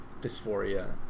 dysphoria